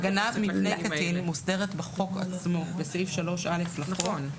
עבירה מפני קטין מוסדרת בחוק עצמו, בסעיף 3א לחוק.